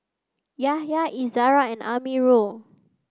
Yahya Izara and Amirul